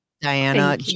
Diana